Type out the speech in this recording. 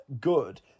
good